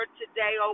today